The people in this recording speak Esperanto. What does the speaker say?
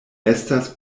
estas